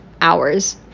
hours